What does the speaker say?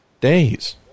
days